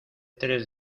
tres